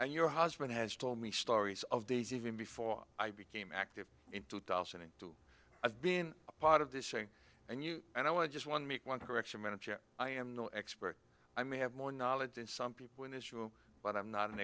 and your husband has told me stories of days even before i became active in two thousand and two i've been a part of this saying and you and i want to just one make one correction manager i am no expert i may have more knowledge than some people in this room but i'm not an